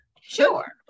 Sure